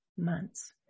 months